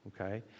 okay